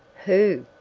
who?